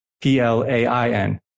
P-L-A-I-N